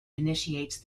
initiates